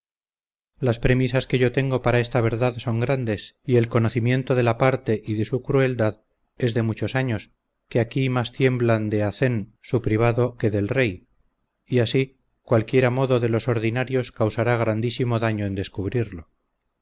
las premisas que yo tengo para esta verdad son grandes y el conocimiento de la parte y de su crueldad es de muchos años que aquí más tiemblan de hazén su privado que del rey y así cualquiera modo de los ordinarios causará grandísimo daño en descubrirlo